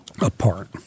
apart